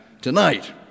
tonight